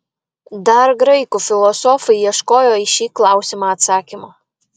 dar graikų filosofai ieškojo į šį klausimą atsakymo